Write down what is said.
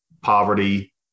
poverty